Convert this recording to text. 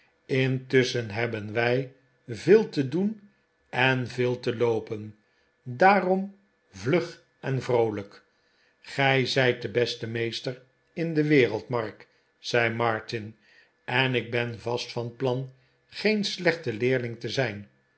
intusschen hebben wij veel te doen en veel te loopen daarom vlug en vroolijkl gij zijt de beste meester in de wereld mark zei martin en ik ben vast van plan geen slechte leerling te zijn